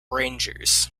rangers